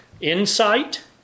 insight